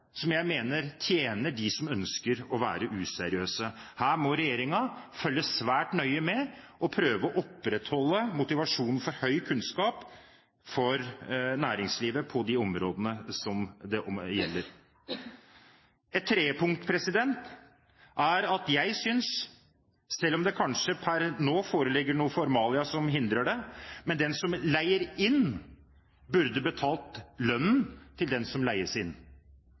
som jeg mener tjener dem som ønsker å være useriøse. Her må regjeringen følge svært nøye med og prøve å opprettholde motivasjonen for høy kunnskap for næringslivet på de områdene det gjelder. Et tredje punkt er at jeg synes – selv om det kanskje per nå foreligger formalia som hindrer det – at den som leier inn, burde betalt lønnen til den som leies inn.